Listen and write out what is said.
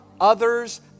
others